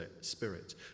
spirit